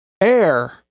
air